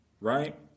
Right